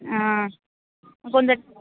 ம் கொஞ்சம்